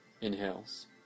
Inhales